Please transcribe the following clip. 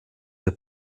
der